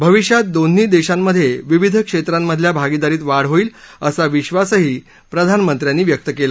भविष्यात दोन्ही देशांमध्ये विविध क्षेत्रांमधल्या भागिदारीत वाढ होईल असा विश्वासही प्रधानमंत्र्यांनी व्यक्त केला